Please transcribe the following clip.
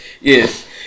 yes